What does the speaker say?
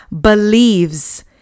believes